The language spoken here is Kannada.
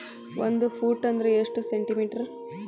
ಒಂದು ಫೂಟ್ ಅಂದ್ರ ಎಷ್ಟು ಸೆಂಟಿ ಮೇಟರ್?